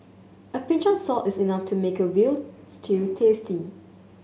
a pinch of salt is enough to make a veal stew tasty